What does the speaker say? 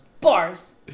Bars